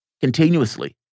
continuously